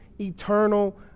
eternal